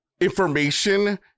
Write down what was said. information